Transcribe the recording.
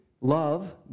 love